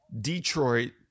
Detroit